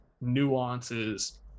nuances